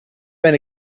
been